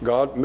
God